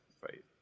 fight